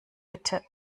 bitte